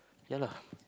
ya lah